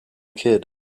kid